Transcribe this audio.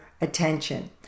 attention